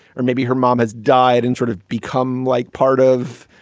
or maybe her mom has died and sort of become like part of,